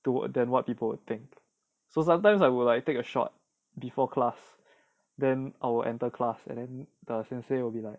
to then what people would think so sometimes I would like take a shot before class then our entire class and then the sensei will be like